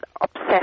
obsessed